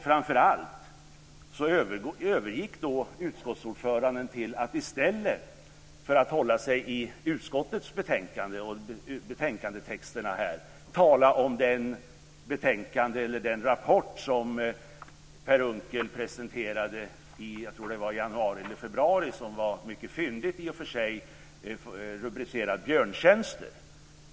Framför allt övergick då utskottsordföranden till att i stället för att hålla sig till utskottets betänkande och betänkandetexterna här tala om den rapport som Per Unckel presenterade i januari eller februari, tror jag att det var, och som, mycket fyndigt i och för sig, var rubricerad Björntjänster.